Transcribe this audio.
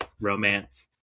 romance